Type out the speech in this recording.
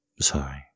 Sorry